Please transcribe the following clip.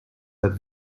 that